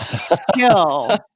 skill